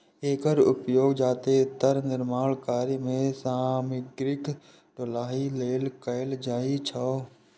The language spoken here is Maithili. एकर उपयोग जादेतर निर्माण कार्य मे सामग्रीक ढुलाइ लेल कैल जाइ छै